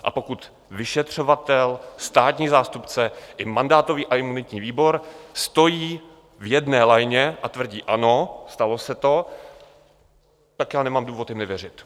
A pokud vyšetřovatel, státní zástupce i mandátový a imunitní výbor stojí v jedné lajně a tvrdí ano, stalo se to, tak nemám důvod tomu nevěřit.